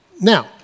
Now